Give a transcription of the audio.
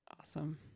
Awesome